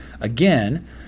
again